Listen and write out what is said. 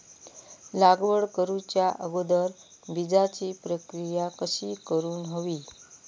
लागवड करूच्या अगोदर बिजाची प्रकिया कशी करून हवी?